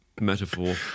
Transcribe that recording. metaphor